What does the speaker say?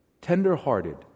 tender-hearted